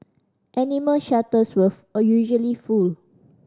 animal shelters usually full